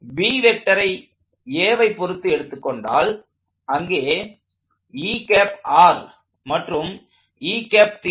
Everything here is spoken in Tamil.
B வெக்டரை Aவை பொருத்து எடுத்துக்கொண்டால் அங்கே மற்றும் 3